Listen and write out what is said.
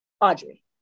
Audrey